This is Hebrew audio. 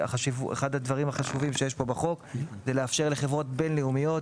הדברים החשובים שיש פה בחוק זה לאפשר לחברות בין-לאומיות